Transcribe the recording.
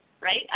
Right